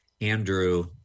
Andrew